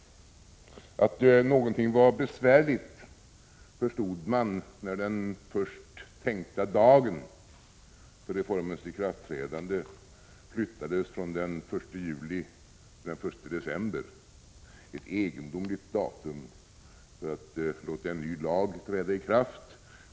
Att någonting var besvärligt förstod man, när den först tänkta dagen för reformens ikraftträdande flyttades från den 1 juli till den 1 december, ett egendomligt datum för att låta en ny lag träda i kraft.